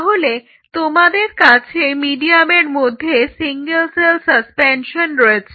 তাহলে তোমাদের কাছে মিডিয়ামের মধ্যে সিঙ্গেল সেল সাসপেনশন রয়েছে